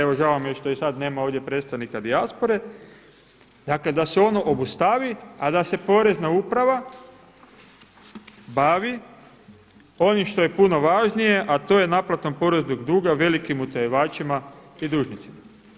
Evo žao mi je što i sada nema predstavnika dijaspore, dakle da se ono obustavi a da se porezna uprava bavi onim što je puno važnije a to je naplatom poreznog duga velikim utajivačima i dužnicima.